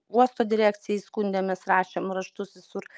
uosto direkcijai skundėmės rašėm raštus visur